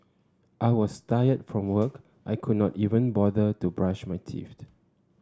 I was tired from work I could not even bother to brush my teeth